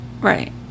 right